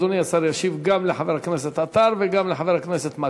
אדוני השר ישיב גם לחבר הכנסת עטר וגם לחבר הכנסת מקלב.